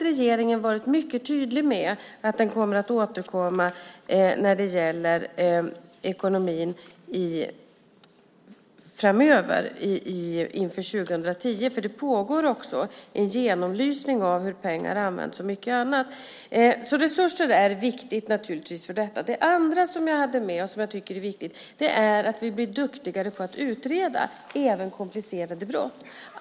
Regeringen varit mycket tydlig med att den kommer att återkomma när det gäller ekonomin framöver inför 2010, därför att det pågår också en genomlysning av hur pengar används och mycket annat. Resurser är alltså naturligtvis viktigt för detta. Det andra som vi hade med oss och som jag tycker är viktigt är att vi blir duktigare på att utreda även komplicerade brott.